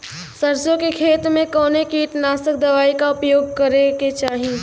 सरसों के खेत में कवने कीटनाशक दवाई क उपयोग करे के चाही?